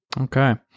okay